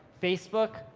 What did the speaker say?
facebook,